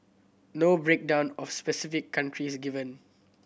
no breakdown of specific countries given